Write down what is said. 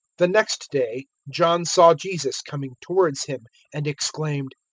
the next day john saw jesus coming towards him and exclaimed,